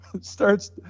starts